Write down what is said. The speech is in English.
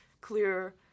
clear